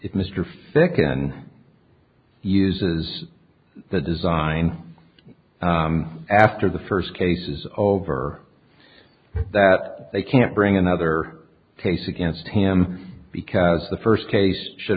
it mr ficken uses the design after the first case is over that they can't bring another taste against him because the first case should